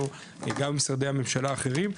גם עם משרדי ההמשלה האחרים.